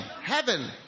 heaven